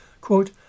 Quote